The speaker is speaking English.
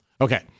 Okay